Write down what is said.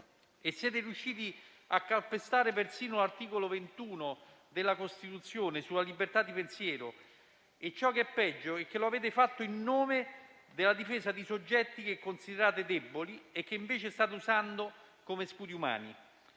Siete riusciti a calpestare persino l'articolo 21 della Costituzione sulla libertà di pensiero e ciò che è peggio è che lo avete fatto in nome della difesa di soggetti che considerate deboli e che, invece, state usando come scudi umani.